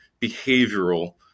behavioral